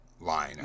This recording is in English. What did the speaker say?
line